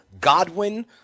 Godwin